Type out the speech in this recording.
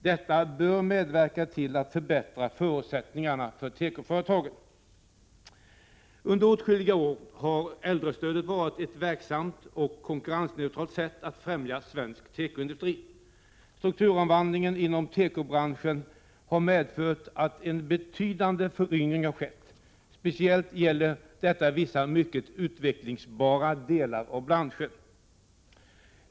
Detta bör medverka till att förbättra förutsättningarna för tekoföretagen. Under åtskilliga år har äldrestödet varit ett verksamt och konkurrensneutralt sätt att främja svensk tekoindustri. Strukturomvandlingen inom tekobranschen har medfört att en betydande föryngring skett. Speciellt gäller detta vissa mycket utvecklingsbara delar av branschen.